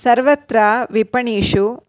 सर्वत्र विपणेषु